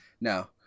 No